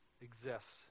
exists